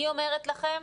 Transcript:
אני אומרת לכם,